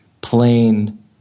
plain